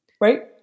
right